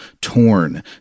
torn